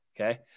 okay